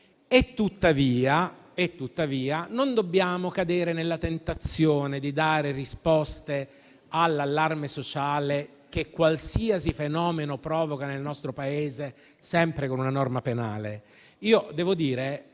tuttavia, non dobbiamo cadere nella tentazione di dare risposte all'allarme sociale che qualsiasi fenomeno provoca nel nostro Paese sempre con una norma penale.